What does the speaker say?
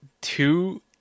two